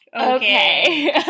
okay